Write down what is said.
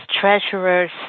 Treasurer's